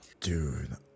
dude